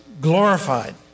glorified